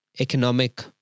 economic